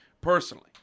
Personally